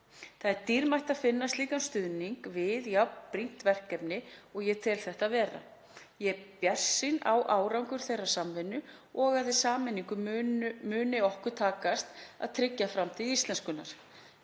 Það er dýrmætt að finna slíkan stuðning við jafn brýnt verkefni og ég tel þetta vera. Ég er bjartsýn á árangur þeirrar samvinnu og að í sameiningu muni okkur takast að tryggja framtíð íslenskunnar.